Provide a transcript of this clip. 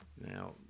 Now